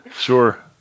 Sure